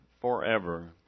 forever